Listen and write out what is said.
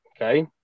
okay